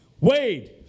Wade